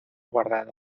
guardado